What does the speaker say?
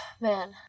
man